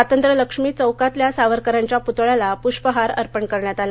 स्वातंत्र्यलक्ष्मी चौकातल्या सावरकरांच्या पुतळ्याला पुष्पहार अर्पण करण्यात आला